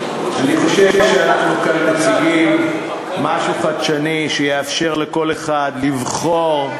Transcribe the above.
אני חושב שאנחנו מציגים כאן משהו חדשני שיאפשר לכל אחד לבחור,